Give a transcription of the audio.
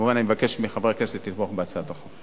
כמובן, אני מבקש מחברי הכנסת לתמוך בהצעת החוק.